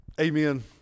Amen